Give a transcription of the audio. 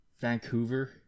Vancouver